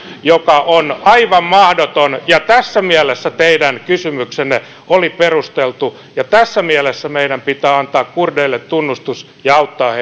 joka on aivan mahdoton tässä mielessä teidän kysymyksenne oli perusteltu ja tässä mielessä meidän pitää antaa kurdeille tunnustus ja auttaa